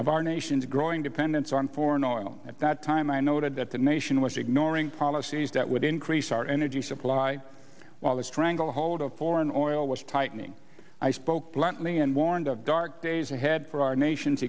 of our nation's growing dependence on foreign oil at that time i noted that the nation was ignoring policies that would increase our energy supply while the stranglehold of foreign oil was tightening i spoke bluntly and warned of dark days ahead for our nation's